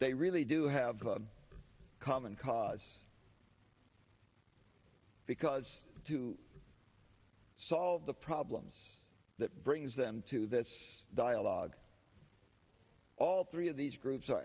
they really do have a common cause because to solve the problems that brings them to this dialogue all three of these groups are